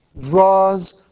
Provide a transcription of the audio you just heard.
draws